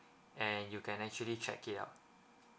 and you can actually check it out